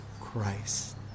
Christ